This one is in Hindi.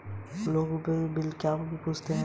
लोग उपयोगिता बिल क्यों पूछते हैं?